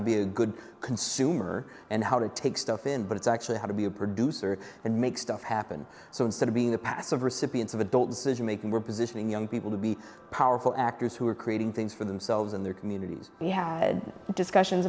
to be a good consumer and how to take stuff in but it's actually how to be a producer and make stuff happen so instead of being the passive recipients of adult decision making we're positioning young people to be powerful actors who are creating things for themselves in their communities you had discussions